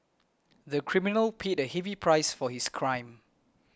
the criminal paid a heavy price for his crime